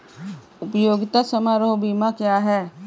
उपयोगिता समारोह बीमा क्या है?